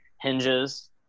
hinges